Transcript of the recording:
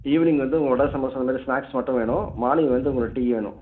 evening வந்து வடை சமோஸா அதை மாரி ஸ்நாக்ஸ் மட்டும் வேணும் மார்னிங் வந்து உங்களுக்கு டீ வேணும்